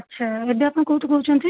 ଆଚ୍ଛା ଏବେ ଆପଣ କେଉଁଠୁ କହୁଛନ୍ତି